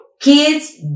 kids